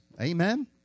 Amen